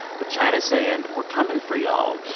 but china's saying, we're coming for y'all.